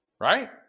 right